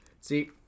See